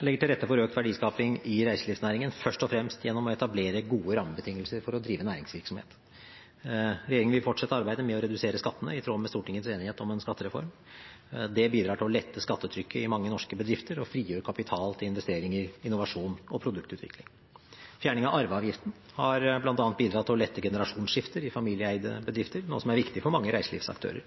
legger til rette for økt verdiskaping i reiselivsnæringen først og fremst gjennom å etablere gode rammebetingelser for å drive næringsvirksomhet. Regjeringen vil fortsette arbeidet med å redusere skattene i tråd med Stortingets enighet om en skattereform. Det bidrar til å lette skattetrykket i mange norske bedrifter og frigjør kapital til investeringer, innovasjon og produktutvikling. Fjerning av arveavgiften har bl.a. bidratt til å lette generasjonsskifter i familieeide bedrifter, noe som er viktig for mange reiselivsaktører.